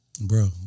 Bro